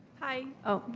hi, oh,